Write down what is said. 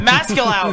Masculine